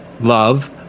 love